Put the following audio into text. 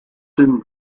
and